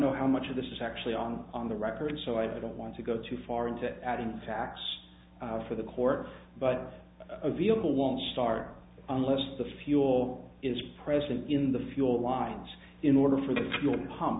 know how much of this is actually on on the record so i don't want to go too far into it out and facts for the court but a vehicle won't start unless the fuel is present in the fuel lines in order for the fuel pum